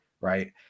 right